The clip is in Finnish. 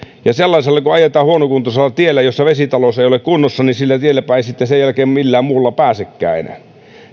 ja sellaisella kun ajetaan huonokuntoisella tiellä jonka vesitalous ei ole kunnossa niin sillä tielläpä ei sen jälkeen millään muulla enää pääsekään